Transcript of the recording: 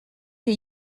des